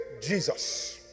jesus